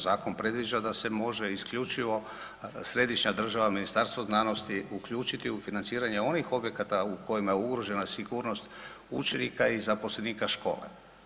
Zakon predviđa da se može isključivo središnja država, Ministarstvo znanosti uključiti u financiranje onih objekata u kojima je ugrožena sigurnost učenika i zaposlenika škole.